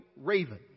raven